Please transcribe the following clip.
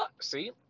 See